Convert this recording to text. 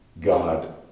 God